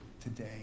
Today